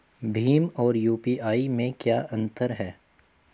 भीम और यू.पी.आई में क्या अंतर है?